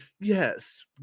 yes